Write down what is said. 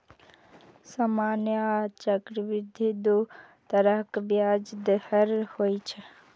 सामान्य आ चक्रवृद्धि दू तरहक ब्याज दर होइ छै